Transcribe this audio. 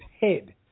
head